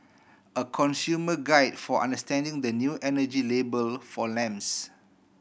a consumer guide for understanding the new energy label for lamps